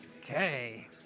Okay